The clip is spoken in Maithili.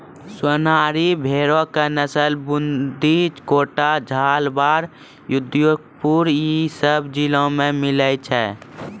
सोनारी भेड़ो के नस्ल बूंदी, कोटा, झालाबाड़, उदयपुर इ सभ जिला मे मिलै छै